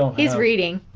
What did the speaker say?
he's reading